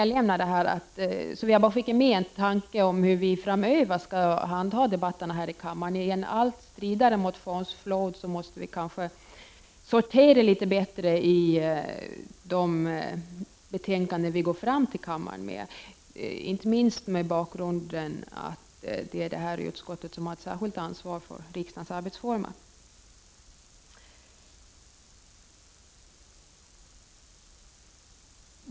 Jag vill också skicka med en tanke om hur vi framöver skall handha debatterna här i kammaren. Med en allt stridare motionsflod måste vi kanske bättre sortera de betänkanden som vi lägger fram i kammaren, inte minst mot bakgrund av att detta utskott har ett särskilt ansvar för riksdagens arbetsformer.